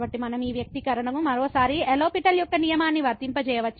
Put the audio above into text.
కాబట్టి మనం ఈ వ్యక్తీకరణకు మరోసారి లో పిటెల్L'Hospital యొక్క నియమాన్ని వర్తింపజేయవచ్చు